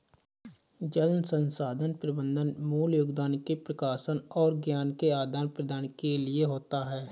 जल संसाधन प्रबंधन मूल योगदान के प्रकाशन और ज्ञान के आदान प्रदान के लिए होता है